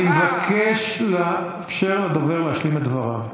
אני מבקש לאפשר לדובר להשלים את דבריו.